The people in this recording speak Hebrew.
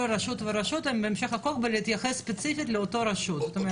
רשות ורשות בהמשך החוק ולהתייחס ספציפית לאותה רשות.